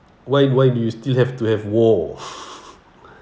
why why do you still have to have war